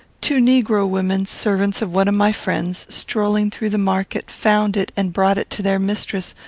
two negro women, servants of one of my friends, strolling through the market, found it and brought it to their mistress,